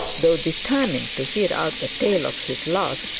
though determined to hear out the tale of his love,